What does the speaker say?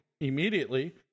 immediately